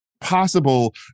possible